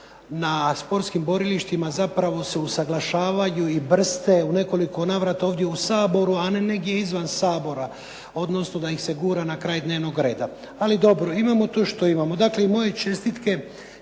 na sportskim borilištima zapravo se usaglašavaju i brste u nekoliko navrata ovdje u Saboru a ne negdje izvan Sabora, odnosno da ih se gura na kraj dnevnog reda. Ali dobro, imamo to što imamo. Dakle, i moje čestitke